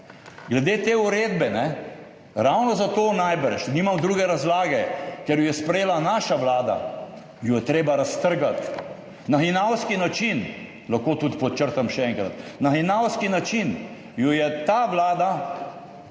Glede te uredbe, najbrž ravno zato, nimam druge razlage, ker jo je sprejela naša vlada, jo je treba raztrgati na hinavski način, lahko tudi podčrtam še enkrat, na hinavski način jo je ta vlada v imenu